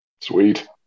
Sweet